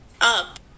up